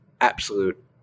absolute